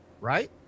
right